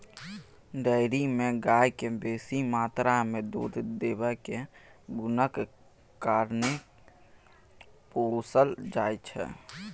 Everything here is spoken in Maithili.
डेयरी मे गाय केँ बेसी मात्रा मे दुध देबाक गुणक कारणेँ पोसल जाइ छै